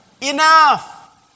Enough